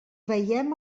veiem